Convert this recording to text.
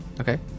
Okay